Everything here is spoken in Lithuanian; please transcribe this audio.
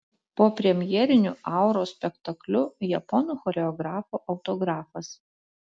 po premjeriniu auros spektakliu japonų choreografo autografas